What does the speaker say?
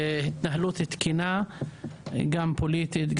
ולהתנהלות תקינה גם פוליטית,